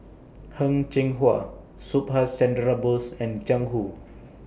Heng Cheng Hwa Subhas Chandra Bose and Jiang Hu